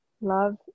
love